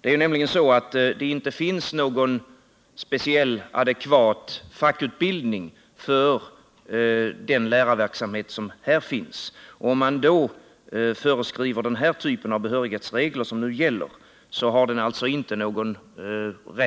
Det finns nämligen inte någon speciell, adekvat fackutbildning för den lärarverksamhet som bedrivs av invandrarlärarna. Den typ av behörighetsregler som nu gäller har alltså inte någon